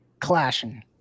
Clashing